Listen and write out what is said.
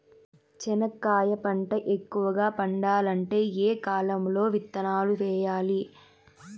చెనక్కాయ పంట ఎక్కువగా పండాలంటే ఏ కాలము లో విత్తనాలు వేయాలి?